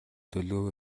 төлөвлөгөөгөө